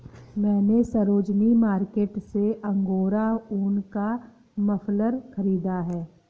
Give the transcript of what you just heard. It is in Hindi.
मैने सरोजिनी मार्केट से अंगोरा ऊन का मफलर खरीदा है